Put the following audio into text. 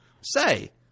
Say